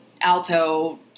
alto